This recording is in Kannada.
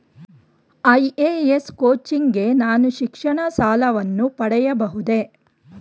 ಐ.ಎ.ಎಸ್ ಕೋಚಿಂಗ್ ಗೆ ನಾನು ಶಿಕ್ಷಣ ಸಾಲವನ್ನು ಪಡೆಯಬಹುದೇ?